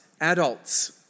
adults